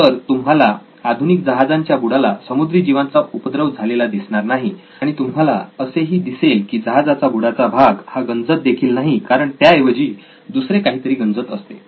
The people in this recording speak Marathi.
तर तुम्हाला आधुनिक जहाजांच्या बुडाला समुद्री जीवांचा उपद्रव झालेला दिसणार नाही आणि तुम्हाला असे ही दिसेल की जहाजाचा बुडाचा भाग हा गंजत देखील नाही कारण त्या ऐवजी दुसरे काहीतरी गंजत असते